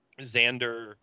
Xander